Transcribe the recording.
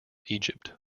egypt